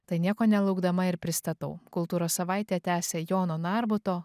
tai nieko nelaukdama ir pristatau kultūros savaitė tęsia jono narbuto